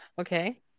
Okay